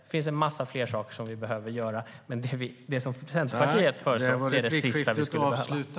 Det finns en massa fler saker som vi behöver göra. Men det som Centerpartiet föreslår är det sista vi skulle behöva.